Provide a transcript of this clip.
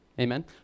Amen